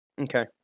Okay